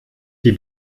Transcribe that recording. die